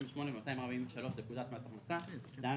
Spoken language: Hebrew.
98 ו-243 לפקודת מס הכנסה (להלן,